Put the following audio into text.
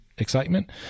excitement